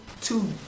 two